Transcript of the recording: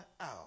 out